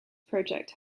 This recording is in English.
project